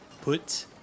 Put